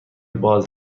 باز